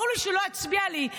ברור לי שהוא לא יצביע לי,